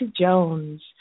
Jones